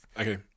Okay